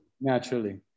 naturally